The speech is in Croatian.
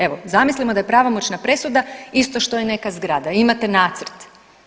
Evo zamislimo da je pravomoćna presuda isto što i neka zgrada i imate nacrt.